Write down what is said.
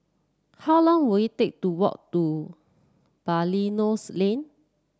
how long will it take to walk to Belilios Lane